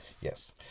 Yes